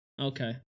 Okay